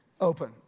open